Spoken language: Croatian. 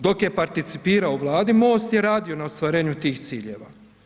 Dok je participirao u Vladi Most je radio na ostvarenju tih ciljeva.